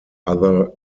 other